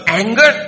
anger